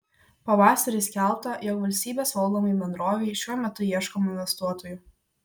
pavasarį skelbta jog valstybės valdomai bendrovei šiuo metu ieškoma investuotojų